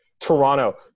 Toronto